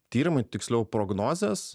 tyrimai tiksliau prognozės